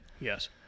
Yes